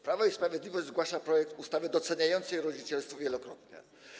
Prawo i Sprawiedliwość zgłasza projekt ustawy doceniającej rodzicielstwo wielokrotne.